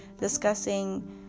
discussing